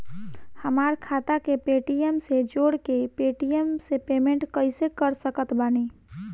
हमार खाता के पेटीएम से जोड़ के पेटीएम से पेमेंट कइसे कर सकत बानी?